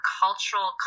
cultural